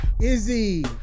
Izzy